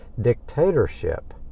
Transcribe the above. dictatorship